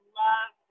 love